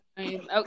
okay